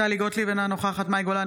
טלי גוטליב, אינה נוכחת מאי גולן,